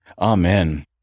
Amen